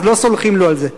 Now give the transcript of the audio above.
אז לא סולחים לו על זה.